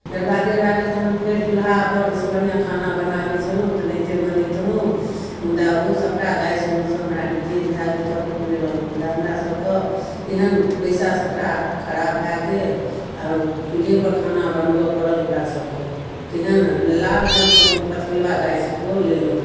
बरबादे भए गेल तहन फेर चूल्हापर अइसँ बढ़िआँ खाना बनाबै छलहुँ तेनाहिते बनैतौं मुदा ओ सबटा गैस ओइमे सँ हमरा लीकेज भए गेल कतौके नहि रहलहुँ मुदा हमरा सबके एहन पैसा सबटा खराब भए गेल आओर चूल्हेपर खाना बनबऽ पड़ल हमरा सबके तेहेन लाल रङ्गके हम पचकिलुआ गैस लेलहुँ